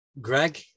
Greg